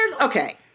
okay